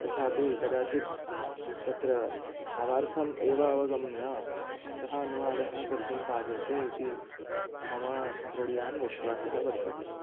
तथापि कदाचित् तत्र भावार्थमेव अवगम्य सः अनुवादः कर्तुं पार्यते इति मम द्रढीयान् विश्वासः वर्तते